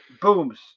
Booms